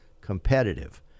competitive